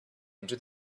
into